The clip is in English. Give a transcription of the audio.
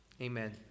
Amen